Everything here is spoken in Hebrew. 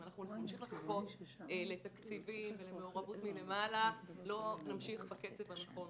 אם אנחנו נמשיך לחכות לתקציבים ולמעורבות מלמעלה לא נמשיך בקצב הנכון.